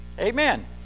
Amen